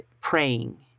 praying